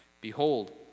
Behold